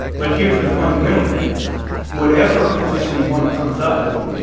but here's the fundamental thing whatever position one comes up with,